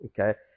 Okay